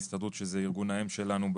ההסתדרות שהיא ארגון האם שלנו,